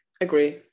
agree